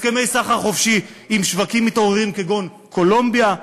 הסכמי סחר חופשי עם שווקים מתעוררים כגון קולומביה,